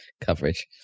coverage